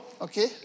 okay